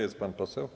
Jest pan poseł?